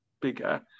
bigger